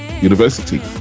University